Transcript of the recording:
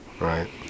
right